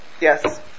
Yes